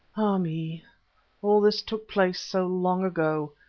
ah me! all this took place so long ago,